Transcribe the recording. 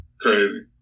crazy